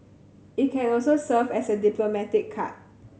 it can also serve as a diplomatic card